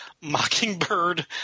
Mockingbird